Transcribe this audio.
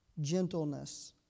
gentleness